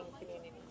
community